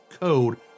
code